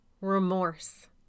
remorse